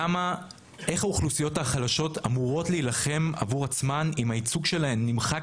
איך האוכלוסיות החלשות אמורות להילחם עבור עצמן אם הייצוג שלהן נמחק